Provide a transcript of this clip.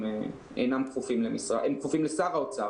הם כפופים לשר האוצר,